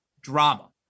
drama